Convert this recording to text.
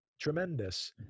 tremendous